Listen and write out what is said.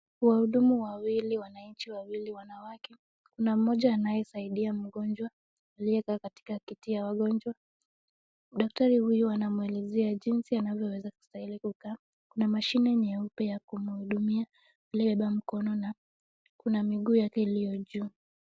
Wahudumu wawili wananchi wawili wanawake, kuna mmoja anayesaidia mgonjwa aliyekaa katika kiti ya wagonjwa, daktari huyu anamwelezea jinsi anavyostahili kukaa na mashini nyeupe ya kuhudumia aliyebaa mkono na kuna miguu yake iliyo juu.